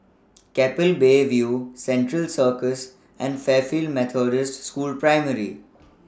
Keppel Bay View Central Circus and Fairfield Methodist School Primary